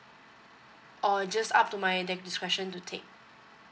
or just up to my discretion to take